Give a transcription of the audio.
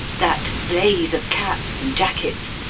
that blaze of caps and jackets,